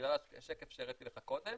בגלל השקף שהראיתי לך קודם